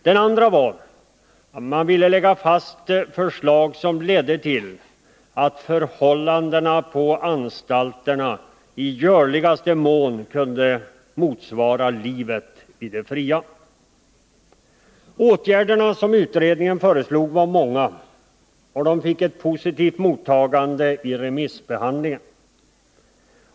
Den andra var att man vill framlägga förslag som leder till att förhållandena på anstalterna i görligaste mån kunde motsvara livet i det fria. Åtgärderna som utredningen föreslog var många, och de fick ett positivt mottagande vid remissbehandlingen.